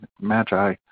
Magi